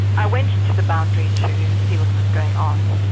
i went to the boundary to see what was going on,